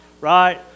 right